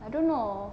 I don't know